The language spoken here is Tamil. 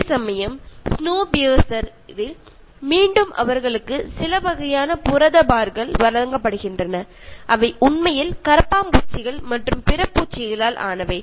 அதேசமயம் ஸ்னோபியர்சரில் மீண்டும் அவர்களுக்கு சில வகையான புரத பார்கள் வழங்கப்படுகின்றன அவை உண்மையில் கரப்பான் பூச்சிகள் மற்றும் பிற பூச்சிகளால் ஆனவை